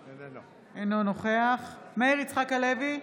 אינו נוכח מאיר יצחק הלוי,